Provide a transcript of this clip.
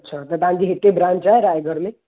अछा त तव्हां जी हिते ब्रांच आहे रायगढ़ में